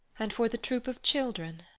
and for the troop of children?